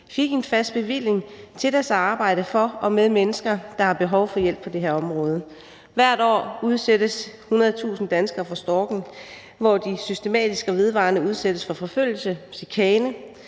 fik en fast bevilling til deres arbejde for og med mennesker, der har behov for hjælp på det her område. Hvert år udsættes 100.000 danskere for stalking, hvor de systematisk og vedvarende udsættes for forfølgelse, chikane